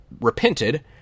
repented